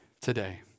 today